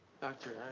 Doctor